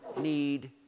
need